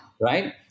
Right